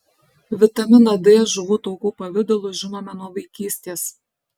vitaminą d žuvų taukų pavidalu žinome nuo vaikystės